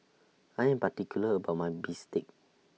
I Am particular about My Bistake